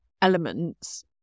elements